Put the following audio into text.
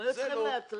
זה לא.